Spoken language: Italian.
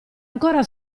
ancora